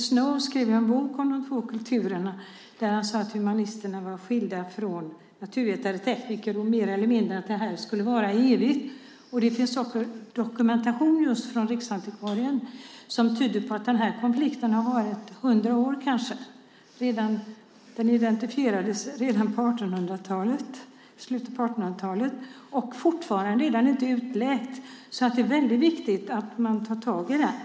Snow skrev en bok om de två kulturerna. Han sade att humanisterna var skilda från naturvetare och tekniker och att detta mer eller mindre var för evigt. Det finns dokumentation just från Riksantikvarieämbetet som tyder på att denna konflikt har funnit i kanske 100 år. Den identifierades redan på slutet av 1800-talet, och den är fortfarande inte utläkt. Det är väldigt viktigt att man tar tag i detta.